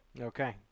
Okay